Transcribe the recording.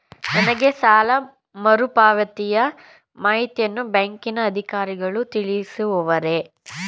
ನನಗೆ ಸಾಲ ಮರುಪಾವತಿಯ ಮಾಹಿತಿಯನ್ನು ಬ್ಯಾಂಕಿನ ಅಧಿಕಾರಿಗಳು ತಿಳಿಸುವರೇ?